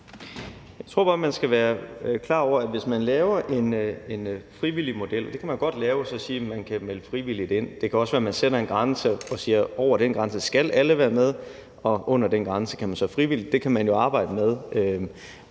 Kollerup): Man kan jo godt lave en frivillig model og så sige, at man kan melde sig frivilligt ind. Det kan også være, at man sætter en grænse og siger, at over den grænse skal alle være med, og under den grænse kan man så gøre det frivilligt. Det kan man jo arbejde med.